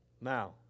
now